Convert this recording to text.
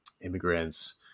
immigrants